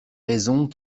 raisons